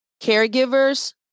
caregivers